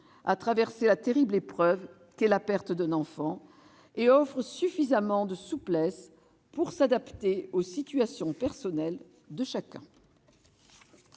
à traverser la terrible épreuve qu'est la perte d'un enfant et assez souples pour s'adapter aux situations personnelles de chacun.